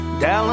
Dallas